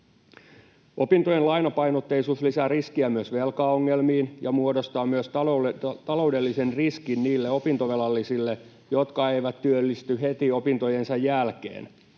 Opintojen lainapainotteisuus lisää riskiä myös velkaongelmille ja muodostaa myös ta-loudellisen riskin niille opintovelallisille, jotka eivät työllisty heti opintojensa jälkeen.